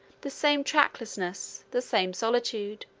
the same tracklessness, the same solitude.